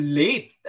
late